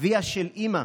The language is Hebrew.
אביה של אימא,